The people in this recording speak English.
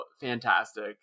fantastic